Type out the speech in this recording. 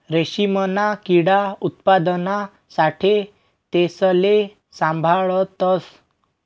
रेशीमना किडा उत्पादना साठे तेसले साभाळतस